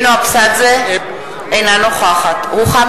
אינה נוכחת רוחמה